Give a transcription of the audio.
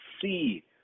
see